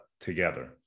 together